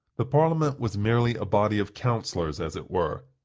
the parliament was merely a body of counselors, as it were,